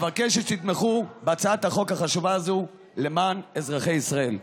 אבקש שתתמכו בהצעת החוק החשובה הזו למען אזרחי ישראל.